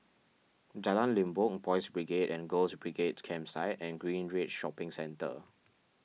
Jalan Limbok Boys Brigade and Girls Brigade Campsite and Greenridge Shopping Centre